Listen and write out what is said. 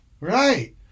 Right